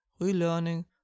relearning